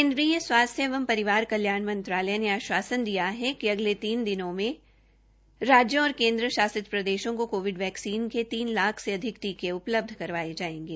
केन्द्रीय स्वास्थ्य एवं परिवार कल्याण मंत्रालय से आश्वासन दिया है अगले तीन दिनों में राज्यों और केन्द्र शासित प्रदेशों से कोविड वैक्सीन के तीन लाख से अधिक टीके उपलब्ध करवाये जायेंगे